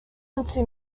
unto